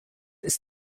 ist